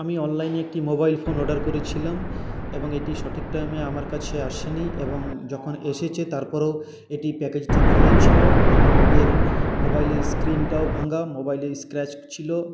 আমি অনলাইনে একটি মোবাইল ফোন অর্ডার করেছিলাম এবং এটি সঠিক টাইমে আমার কাছে আসেনি এবং যখন এসেছে তারপরেও এটি প্যাকেজটি খোলা ছিল এবং এর মোবাইলের স্ক্রিনটাও ভাঙ্গা মোবাইলে স্ক্র্যাচ ছিল